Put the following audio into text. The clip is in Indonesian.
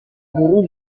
guru